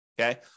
Okay